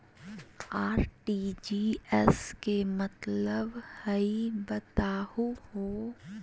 RTGS के का मतलब हई, बताहु हो?